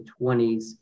20s